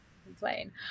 complain